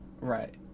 Right